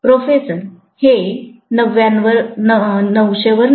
professor हे 900 वर नाही